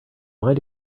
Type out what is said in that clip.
mind